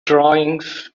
drawings